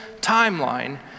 timeline